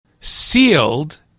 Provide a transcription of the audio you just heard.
sealed